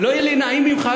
לא יהיה לי נעים ממך,